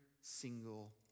single